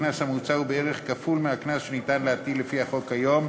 הקנס המוצע הוא בערך כפול מהקנס שניתן להטיל לפי החוק כיום.